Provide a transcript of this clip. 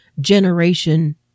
generation